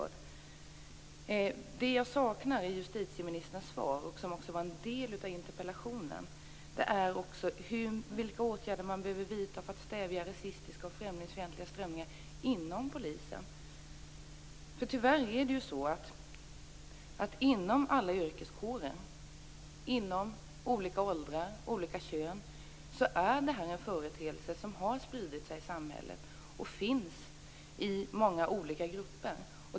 Det som jag saknar i justitieministerns svar, som också var en del i interpellationen, är vilka åtgärder som behöver vidtas för att stävja rasistiska och främlingsfientliga strömningar inom polisen. Tyvärr är det så att inom olika yrkeskårer, oberoende av ålder och kön, är detta en företeelse som har spridit sig i samhället och finns i många olika grupper.